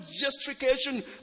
justification